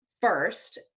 first